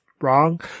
wrong